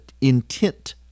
intent